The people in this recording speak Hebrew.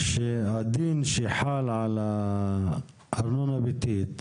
מניח שהדין שחל על ארנונה ביתית